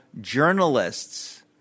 journalists –